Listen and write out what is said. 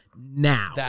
now